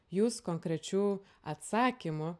jūs konkrečių atsakymų